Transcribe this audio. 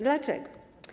Dlaczego?